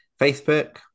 facebook